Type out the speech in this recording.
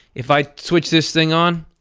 if i switch this thing on.